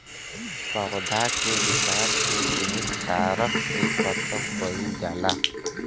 पौधा के विकास के सिमित कारक के खतम कईल जाला